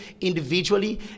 individually